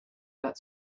that